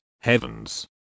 Heavens